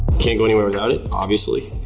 can't go anywhere without it, obviously.